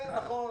כן, נכון.